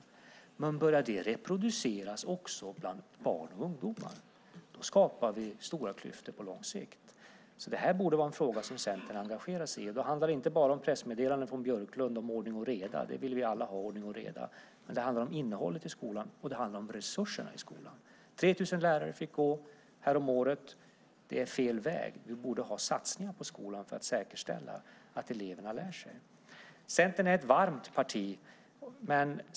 Om det även börjar reproduceras bland barn och ungdomar skapar vi stora klyftor på lång sikt. Detta borde därför vara en fråga som Centern engagerade sig i, och då handlar det inte bara om pressmeddelanden från Björklund om ordning och reda. Ordning och reda vill vi alla ha, men nu handlar det om innehållet i skolan, och det handlar om resurserna i skolan. 3 000 lärare fick gå häromåret. Det är fel väg. Vi borde i stället ha satsningar på skolan för att säkerställa att eleverna lär sig. Centern är ett varmt parti.